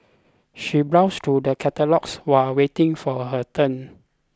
she browsed through the catalogues while waiting for her turn